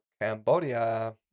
Cambodia